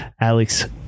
Alex